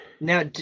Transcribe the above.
Now